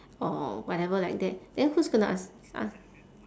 or whatever like that then who's gonna ask uh